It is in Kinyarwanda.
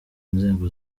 nzego